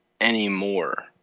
anymore